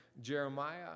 Jeremiah